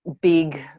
big